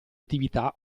attività